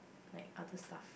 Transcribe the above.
like other stuff